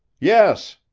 yes,